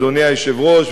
אדוני היושב-ראש,